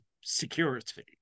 security